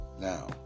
Now